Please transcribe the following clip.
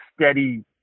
steady